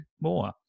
more